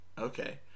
okay